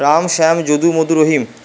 Ram Shyam Jadu Madhu Rahim